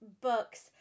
books